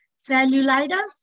cellulitis